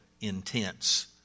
intense